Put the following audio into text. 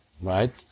right